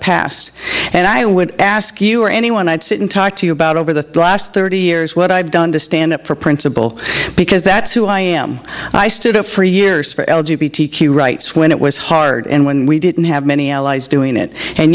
past and i would ask you or anyone i'd sit and talk to you about over the last thirty years what i've done to stand up for principle because that's who i am i stood up for years for l g b t q rights when it was hard and when we didn't have many allies doing it and